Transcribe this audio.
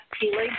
healing